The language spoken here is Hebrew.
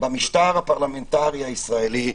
במשטר הפרלמנטרי הישראלי הוא,